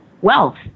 wealth